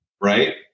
Right